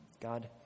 God